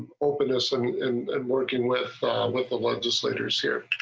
openness and and and working with with the legislators here.